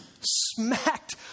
smacked